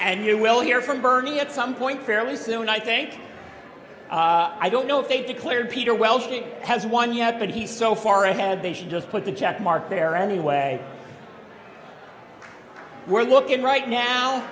and you will hear from bernie at some point fairly soon i think i don't know if they declared peter well she has won yet but he's so far ahead they should just put the checkmark there anyway we're looking right now